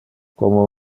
como